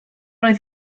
oedd